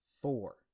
four